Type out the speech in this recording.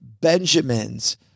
Benjamins